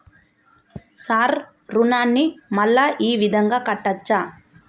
Sir రుణాన్ని మళ్ళా ఈ విధంగా కట్టచ్చా?